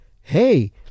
hey